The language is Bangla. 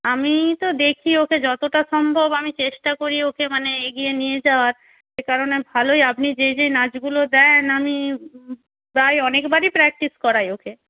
আমিই তো দেখি ওকে যতটা সম্ভব আমি চেষ্টা করি ওকে মানে এগিয়ে নিয়ে যাওয়ার সে কারণে ভালোই আপনি যেই যেই নাচগুলো দেন আমি প্রায় অনেকবারই প্র্যাকটিস করাই ওকে